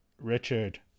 Richard